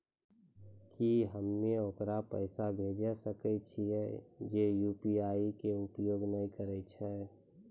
की हम्मय ओकरा पैसा भेजै सकय छियै जे यु.पी.आई के उपयोग नए करे छै?